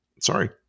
Sorry